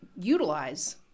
utilize